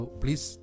please